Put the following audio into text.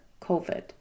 COVID